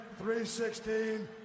316